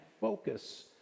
focus